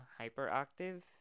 hyperactive